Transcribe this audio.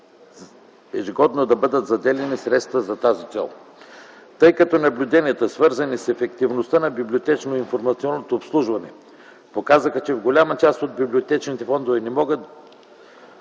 ежегодно да бъдат заделяни средства за тази цел, тъй като наблюденията, свързани с ефективността на библиотечно-информационното обслужване, показаха, че голяма част от библиотечните фондове не могат